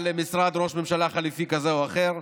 למשרד ראש ממשלה חליפי כזה או אחר: